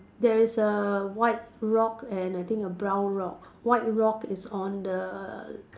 there is a white rock and I think a brown rock white rock is on the